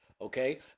okay